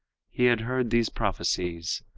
he had heard these prophecies,